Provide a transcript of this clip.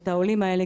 את העולים האלה,